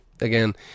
again